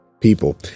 people